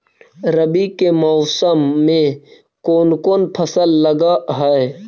रवि के मौसम में कोन कोन फसल लग है?